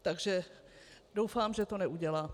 Takže doufám, že to neudělá.